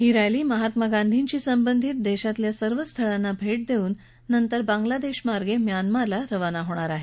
ही rally Mahatma गांधींशी संबधित देशातल्या सर्व स्थळांना भेट देऊन बांगलादेश आणि म्यानमारला रवाना होणार आहे